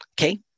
okay